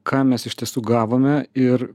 ką mes iš tiesų gavome ir